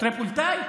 טריפוליטאי?